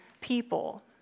people